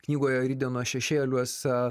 knygoje rytdienos šešėliuose